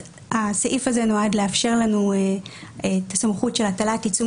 הסעיף הזה נועד לאפשר לנו את הסמכות של הטלת עיצום